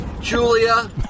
Julia